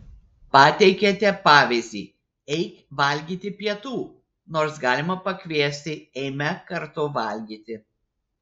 pateikiate pavyzdį eik valgyti pietų nors galima pakviesti eime kartu valgyti